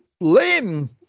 lame